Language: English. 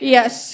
Yes